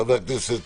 חבר הכנסת